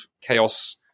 chaos